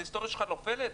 אז ההיסטוריה שלו נופלת?